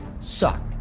suck